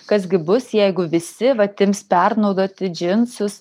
kas gi bus jeigu visi vat ims pernaudoti džinsus